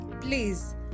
please